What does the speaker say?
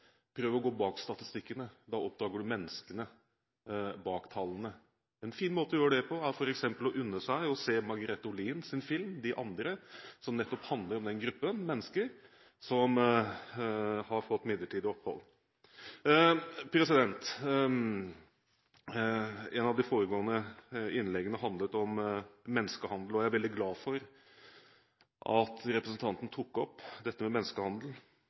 prøve å gå bak statistikken, da oppdager man menneskene bak tallene. En fin måte å gjøre det på er f.eks. å unne seg å se Margreth Olins film De andre, som nettopp handler om den gruppen mennesker som har fått midlertidig opphold. Et av de foregående innleggene handlet om menneskehandel, og jeg er veldig glad for at representanten tok opp dette med menneskehandel.